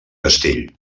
castell